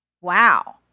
Wow